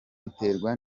biterwa